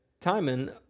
Timon